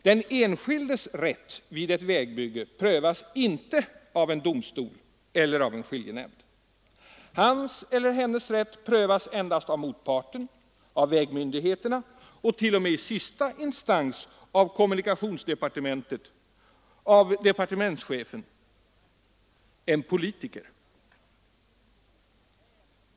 Den enskildes rätt vid ett vägbygge prövas inte av en domstol eller av en skiljenämnd. Hans eller hennes rätt prövas endast av motparten, av vägmyndigheterna och t.o.m. i sista instans av kommunikationsdepartementet och departementschefen — en politiker.